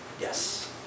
Yes